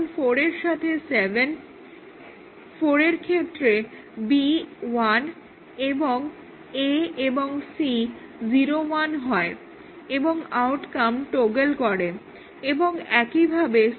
এখন 4 এর সাথে 7 4 এর ক্ষেত্রে B 1 এবং A এবং C 0 1 হয় এবং আউটকাম টগল করে এবং একইভাবে C 1 2 হয়